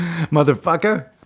motherfucker